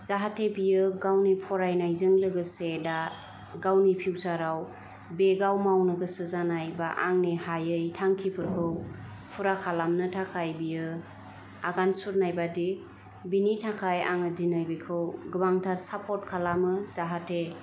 जाहाथे बियो गावनि फरायनायजों लोगोसे दा गावनि फिउचाराव बे गाव मावनो गोसो जानाय बा आंनि हायै थांखिफोरखौ फुरा खालामनो थाखाय बियो आगान सुरनाय बायदि बेनि थाखाय आङो दिनै बिखौ गोबांथार सापर्ट खालामो जाहाथे